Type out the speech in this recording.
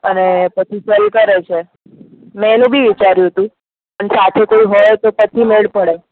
અને પછી સેલ કરે છે મેં એનું બી વિચાર્યુ હતું પણ સાથે કોઈ હોય તો પછી મેળ પડે